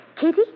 Katie